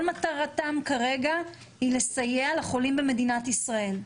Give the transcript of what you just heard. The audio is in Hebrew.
מטרתם כרגע היא לסייע לחולים במדינת ישראל.